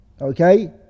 okay